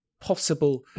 possible